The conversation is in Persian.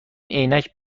عینک